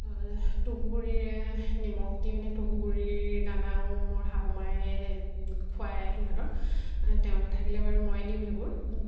তুঁহগুৰিৰে নিমখ দি পিনে তুঁহগুৰিৰ দানাও মোৰ শাহুমাই খোৱাই সিহঁতক তেওঁ নাথাকিলে বাৰু ময়ে দিওঁ সেইবোৰ